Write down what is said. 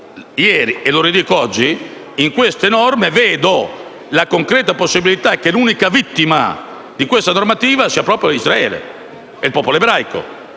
ieri - e lo ridico oggi - che in queste norme vedo la concreta possibilità che l'unica vittima di questa normativa siano proprio Israele e il popolo ebraico,